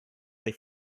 they